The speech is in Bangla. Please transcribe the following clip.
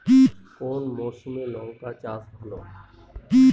কোন মরশুমে লঙ্কা চাষ ভালো হয়?